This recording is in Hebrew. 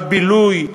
הבילוי,